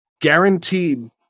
guaranteed